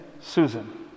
Susan